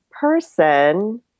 person